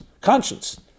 Conscience